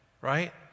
right